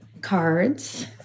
cards